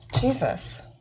Jesus